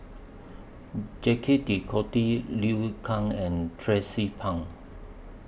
Jacques De Couty Liu Kang and Tracie Pang